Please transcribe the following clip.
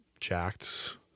Jacked